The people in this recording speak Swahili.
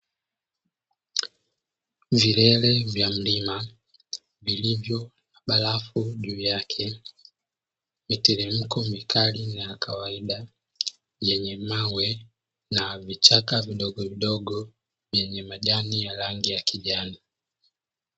Vilele vya mlima vilivyo na barafu juu yake, miteremko mikali na kawaida, yenye mawe na vichaka vidogovidogo vyenye majani ya rangi ya kijani.